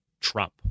Trump